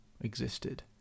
existed